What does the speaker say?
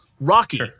Rocky